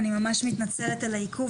אני ממש מתנצלת על העיכוב,